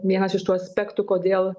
vienas iš tų aspektų kodėl